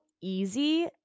easy